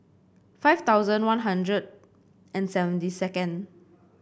five thousand One Hundred and seventy second